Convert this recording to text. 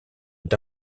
est